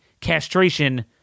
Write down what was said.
castration